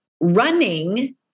running